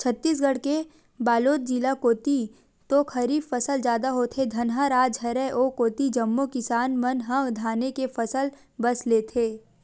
छत्तीसगढ़ के बलोद जिला कोती तो खरीफ फसल जादा होथे, धनहा राज हरय ओ कोती जम्मो किसान मन ह धाने के फसल बस लेथे